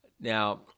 now